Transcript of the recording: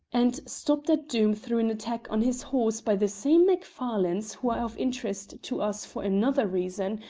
and stopped at doom through an attack on his horse by the same macfarlanes who are of interest to us for another reason,